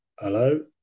Hello